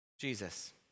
Jesus